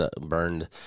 burned